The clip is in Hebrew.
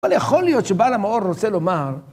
אבל יכול להיות שבעל המאור רוצה לומר...